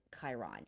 Chiron